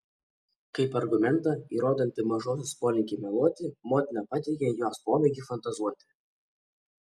kaip argumentą įrodantį mažosios polinkį meluoti motina pateikė jos pomėgį fantazuoti